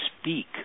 speak